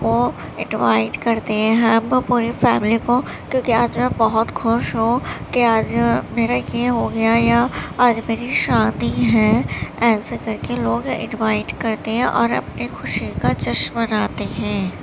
کو انوائٹ کرتے ہیں ہم لوگ پوری فیملی کو کیونکہ آج میں بہت خوش ہوں کہ آج میرا ایک یہ ہو گیا ہے یا آج میری شادی ہے ایسے کر کے لوگ انوائٹ کرتے ہیں اور اپنے خوشی کا جشن مناتے ہیں